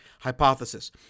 hypothesis